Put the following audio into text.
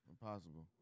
Impossible